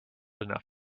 enough